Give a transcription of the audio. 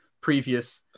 previous